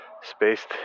spaced